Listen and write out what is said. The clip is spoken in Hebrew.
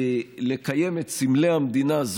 לקיים את סמלי המדינה,